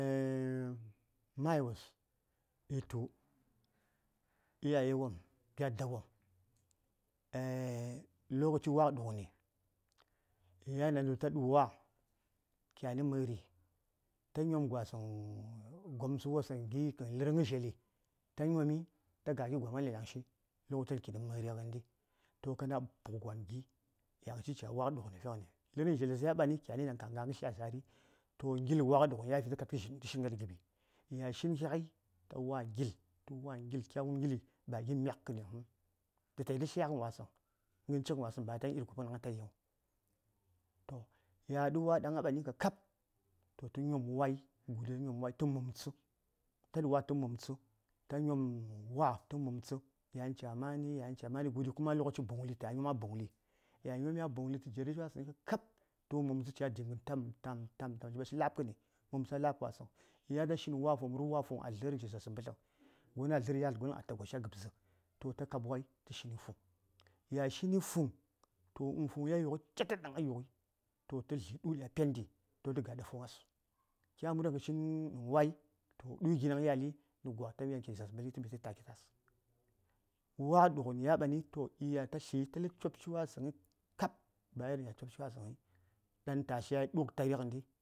﻿ mayi wos yitu iyaye wopm gya dawomp lokaci wadugəni yan daŋ tu ta du wa kyani məri ta nyom gwasəŋ gomtsə wos ɗan gi ehh lərəŋ zhali ta nyomi ta gaki gommən a lyaŋshi lokaces kinə məri ghəndi to kyani kana puk gwan gi yanshi ca wakdughəni kawai lərəŋ zheles ya ɓani kyani ɗaŋ ka nga kə tlya za:ri toh ngil wa: dughən ya fi toh tə kadki tə shin ghai ɗa giɓi ya shinshi ghai ta wa ngil tə wa: ngil kya wum ngilli ba gi: nə myakkəni həŋ tə tayi tə tlyaghəni wasəŋ ghən cighan wasəŋ ba atayi nə iri gopən yawonən nəŋ ya du wa ɗaŋ a ɓani kakab toh ta nyom wayi guɗi ta nyom wayi tə mumtsə ta du wa tə mumtsə ta nyom wa tə mumtsə yan ca mani yan ca mani guɗi kuma a lokaci buŋli tətaya nyom a buŋli ya nyomi a buŋli tə jera shi wasəŋyi kakab toh mumtsə ca jighən cigha tam tam tam ci ɓashi la:b kən mumtsə a la:b kən wasəŋ yan ta shin wa fuŋ murghə wa fuŋ a dləri ci za:rsə mbətləm gon a dlərni yatl gon ta goshi a gəbzə toh ta kab wai tə shini fuŋ ya shini fuŋ toh fuŋ yuŋyi catad toh tə dlyi du: ɗi a pendi tə ga ɗa fuŋyes toh moryo kə shini toh du: gi ɗaŋ a yali nə gwa ta nyom ki za:rsə mbətləmi tə ta ki ta:s wa ɗughən ya ɓani tə tli təsəŋ cob shiwasəŋyi baya won ɗaŋ ya cob shi wasən yi baya won ɗaŋ ta tlya duk tari